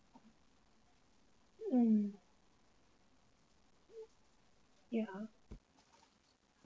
mm yeah